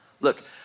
Look